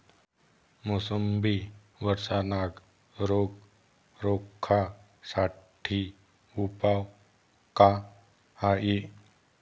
मोसंबी वरचा नाग रोग रोखा साठी उपाव का हाये?